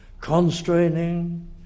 Constraining